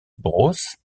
brosse